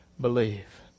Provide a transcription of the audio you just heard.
Believe